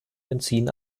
benzin